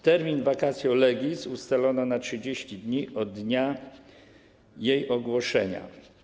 Termin vacatio legis ustalono na 30 dni od dnia jej ogłoszenia.